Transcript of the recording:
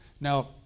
Now